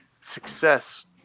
success